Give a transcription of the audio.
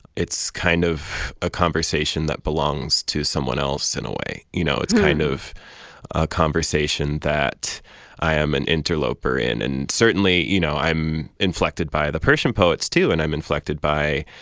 it's kind of a conversation that belongs to someone else, in a way. you know, it's kind of a conversation that i am an interloper in and certainly, you know, i'm inflected by the persian poets, too, and i'm inflected by,